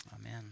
Amen